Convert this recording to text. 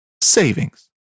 savings